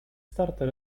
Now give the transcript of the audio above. starter